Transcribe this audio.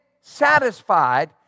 satisfied